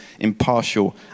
impartial